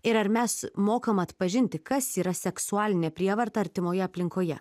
ir ar mes mokam atpažinti kas yra seksualinė prievarta artimoje aplinkoje